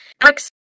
Alex